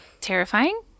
Terrifying